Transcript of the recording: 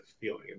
feeling